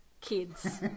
kids